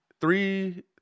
three